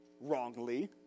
wrongly